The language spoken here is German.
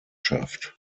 gemeinschaft